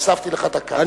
והוספתי לך דקה,